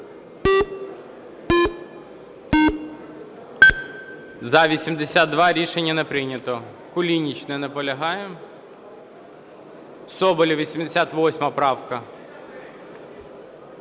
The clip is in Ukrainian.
За-82 Рішення не прийнято. Кулініч. Не наполягає. Соболєв, 88 правка.